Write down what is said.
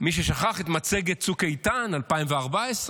מי ששכח את מצגת צוק איתן ב-2014.